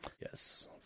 Yes